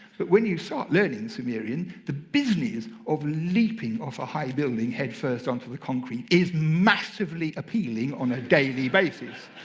but when you start learning sumerian, the businesses of leaping off a high building headfirst onto the concrete is massively appealing on a daily basis.